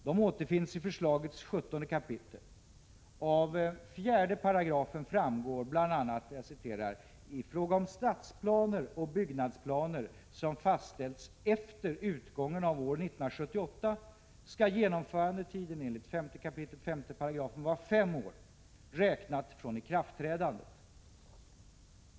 Dessa återfinns i förslagets 17 kap. Av 4 § framgår bl.a.: ”I fråga om stadsplaner och byggnadsplaner, som fastställts efter utgången av år 1978, skall genomförandetiden enligt 5 kap. 5 § vara fem år, räknat från ikraftträdandet.